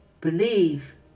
believe